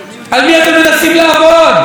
לשדר את המציאות כמות שהיא,